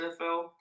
NFL